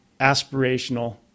aspirational